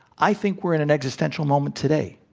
i think we're in an existential moment today.